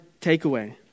takeaway